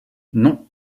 non